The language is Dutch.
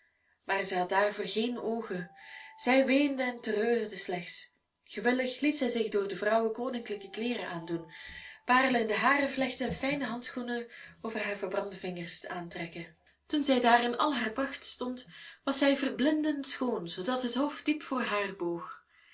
maar zij had daarvoor geen oogen zij weende en treurde slechts gewillig liet zij zich door de vrouwen koninklijke kleeren aandoen paarlen in de haren vlechten en fijne handschoenen over haar verbrande vingers aantrekken toen zij daar in al haar pracht stond was zij verblindend schoon zoodat het hof diep voor haar boog